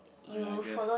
uh ya I guess